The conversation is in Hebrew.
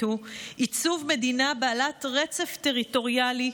הוא עיצוב מדינה בעלת רצף טריטוריאלי.